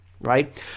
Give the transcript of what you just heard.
right